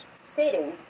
stating